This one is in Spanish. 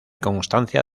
constancia